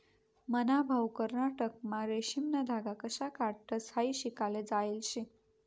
मन्हा भाऊ कर्नाटकमा रेशीमना धागा कशा काढतंस हायी शिकाले जायेल शे